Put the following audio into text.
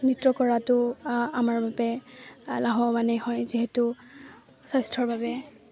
নৃত্য কৰাতটো আমাৰ বাবে লাভৱানে হয় যিহেতু স্বাস্থ্যৰ বাবে